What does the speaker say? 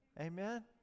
Amen